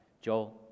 Joel